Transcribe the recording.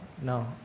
No